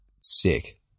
sick